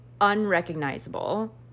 unrecognizable